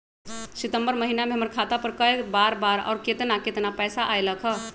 सितम्बर महीना में हमर खाता पर कय बार बार और केतना केतना पैसा अयलक ह?